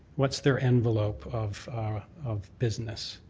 what's their envelope of of business,